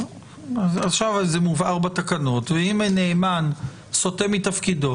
עכשיו זה מובהר בתקנות ואם נאמן סוטה מתפקידו,